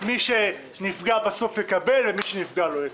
מי שנפגע בסוף יקבל ומי שלא נפגע לא יקבל.